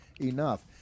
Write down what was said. enough